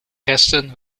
resten